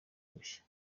bushya